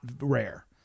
rare